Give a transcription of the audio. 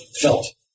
felt